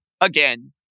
Again